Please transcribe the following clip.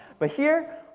but here,